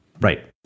Right